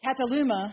Cataluma